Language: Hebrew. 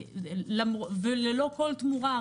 וללא כל תמורה,